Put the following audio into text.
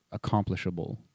accomplishable